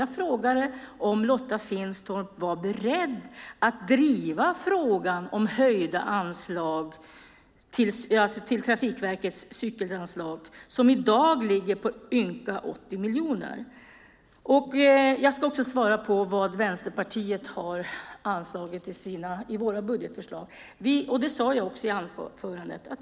Jag frågade om Lotta Finstorp var beredd att driva frågan om att höja Trafikverkets cykelanslag som i dag är ynka 80 miljoner. Jag ska tala om vad Vänsterpartiet har anslagit i sina budgetförslag. Det sade jag också i anförandet.